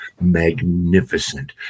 magnificent